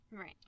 Right